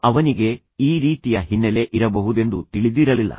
ಅವನಿಗೆ ಈ ರೀತಿಯ ಹಿನ್ನೆಲೆ ಇರಬಹುದೆಂದು ತಿಳಿದಿರಲಿಲ್ಲ